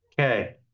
Okay